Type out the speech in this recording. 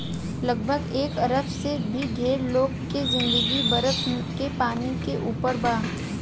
लगभग एक अरब से भी ढेर लोग के जिंदगी बरफ के पानी के ऊपर बा